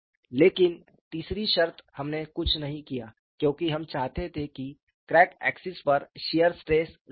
लेकिन तीसरी शर्त हमने कुछ नहीं किया क्योंकि हम चाहते थे कि क्रैक अक्ष पर शियर स्ट्रेस 0 हो